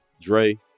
Dre